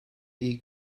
iyi